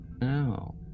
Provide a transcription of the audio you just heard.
No